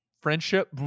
friendship